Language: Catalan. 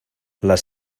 les